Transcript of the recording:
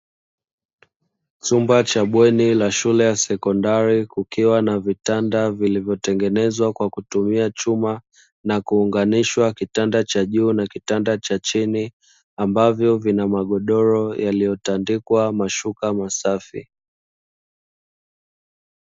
Chumba cha bweni la shule ya sekondari kukiwa na vitanda vilivyotengenezwa kwa kutumia chuma na kuunganishwa kitanda cha juu na kitanda cha chini, ambavyo vina magodoro yaliyotandikwa mashuka masafi.